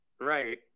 Right